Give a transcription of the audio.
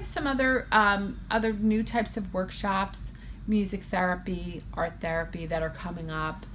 have some other other new types of workshops music therapy art therapy that are coming up